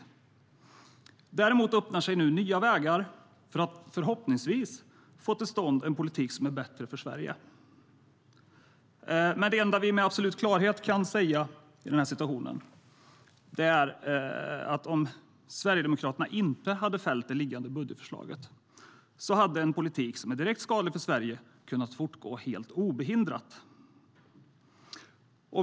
Däremot öppnar sig nu nya vägar för att förhoppningsvis få till stånd en politik som är bättre för Sverige.Det enda vi med absolut klarhet kan säga i den här situationen är att om Sverigedemokraterna inte hade fällt det liggande budgetförslaget hade en politik som är direkt skadlig för Sverige kunnat fortgå helt obehindrat.